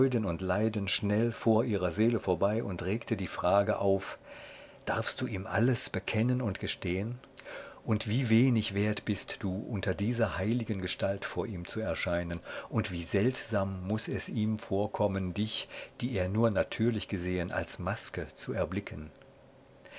und leiden schnell vor ihrer seele vorbei und regte die frage auf darfst du ihm alles bekennen und gestehen und wie wenig wert bist du unter dieser heiligen gestalt vor ihm zu erscheinen und wie seltsam muß es ihm vorkommen dich die er nur natürlich gesehen als maske zu erblicken